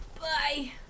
Bye